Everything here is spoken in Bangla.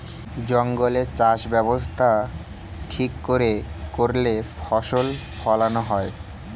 জঙ্গলে চাষ ব্যবস্থা ঠিক করে করলে ফসল ফোলানো হয়